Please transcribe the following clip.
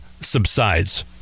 subsides